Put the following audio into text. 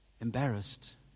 embarrassed